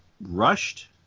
rushed